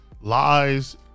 lies